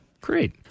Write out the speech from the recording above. Great